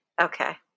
Okay